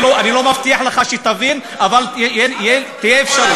אני לא מבטיח לך שתבין, אבל תהיה אפשרות.